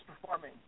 performing